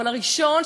אבל הראשון,